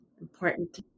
important